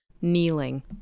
kneeling